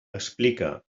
explica